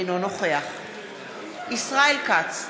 אינו נוכח ישראל כץ,